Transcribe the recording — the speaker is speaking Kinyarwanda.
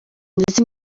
ndetse